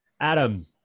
Adam